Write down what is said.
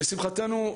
לשמחתנו,